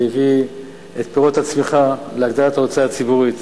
הוא הביא את פירות הצמיחה להגדלת ההוצאה הציבורית.